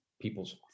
people's